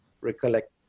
recollect